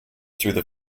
through